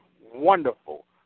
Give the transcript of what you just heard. wonderful